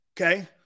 Okay